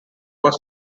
was